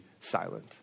silent